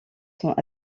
sont